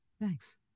Thanks